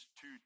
two